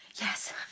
Yes